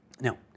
Now